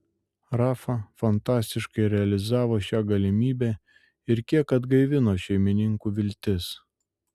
rafa fantastiškai realizavo šią galimybę ir kiek atgaivino šeimininkų viltis